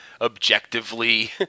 objectively